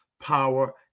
power